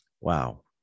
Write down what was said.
wow